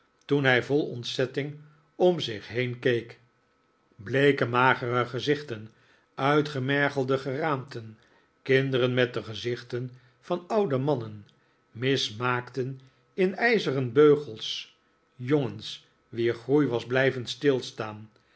toen hij vol ontzetting om zich heen keek bleeke magere gezichten uitgemergelde geraamten kinderen met de gezichten van oude mannen mismaakten in ijzeren beugels jongens wier groei was blijven stilstaan